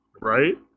right